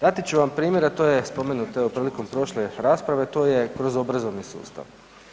Dati ću vam primjer a to je spomenut evo prilikom prošle rasprave, to je kroz obrazovni sustav.